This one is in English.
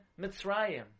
Mitzrayim